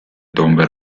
tombe